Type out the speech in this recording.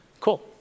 Cool